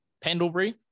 Pendlebury